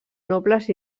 nobles